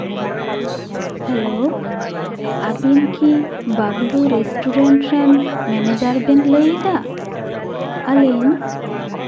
hello ᱟᱹᱵᱤᱱ ᱠᱤ Bablu restaurant ᱨᱮᱱ ᱢᱮᱱᱮᱡᱟᱨ ᱵᱮᱱ ᱞᱟᱹᱭᱫᱟ ᱟᱹᱞᱤᱧ